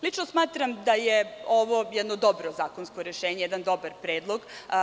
Lično smatram da je ovo jedno dobro zakonsko rešenje, jedan dobar predlog.